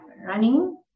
running